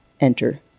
enter